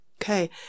okay